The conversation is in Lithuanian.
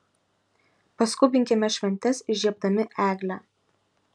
paskubinkime šventes įžiebdami eglę